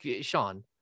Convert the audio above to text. Sean